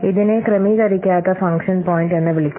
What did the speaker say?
ഇതിനെ ക്രമീകരിക്കാത്ത function point എന്ന് വിളിക്കുന്നു